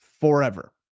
forever